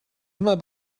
immer